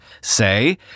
say